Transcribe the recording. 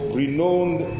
renowned